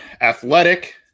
athletic